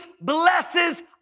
blesses